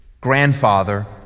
grandfather